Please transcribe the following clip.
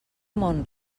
mont